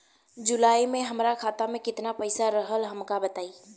जुलाई में हमरा खाता में केतना पईसा रहल हमका बताई?